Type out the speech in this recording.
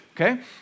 Okay